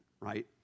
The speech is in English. right